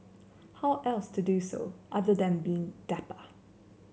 how else to do so other than being dapper